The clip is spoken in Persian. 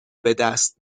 بدست